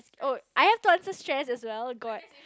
oh I have to answer stress as well god